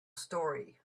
story